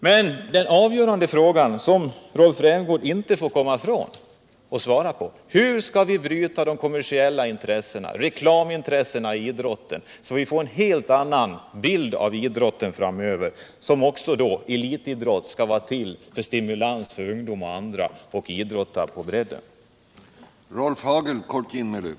Men den avgörande frågan, som Rolf Rämgård inte kommer ifrån att svara på, är hur vi skall bryta de kommersiella intressena, reklamintressena, i idrotten så att elitidrotten blir en stimulans för ungdomar och andra och ger oss en idrott på bredden.